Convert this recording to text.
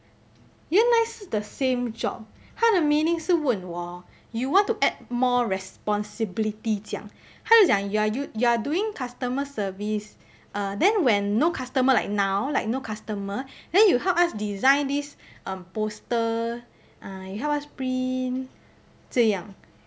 原来是 the same job 她的 meaning 是问我 hor you want to add more responsibility 这样她就讲 you are you are doing customer service then when no customer like now like no customer then you help us design this poster ah you help us print 这样